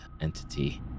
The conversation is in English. entity